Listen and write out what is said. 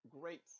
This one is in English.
great